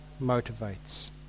motivates